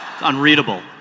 unreadable